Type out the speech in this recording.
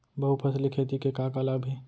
बहुफसली खेती के का का लाभ हे?